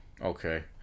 okay